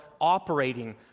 operating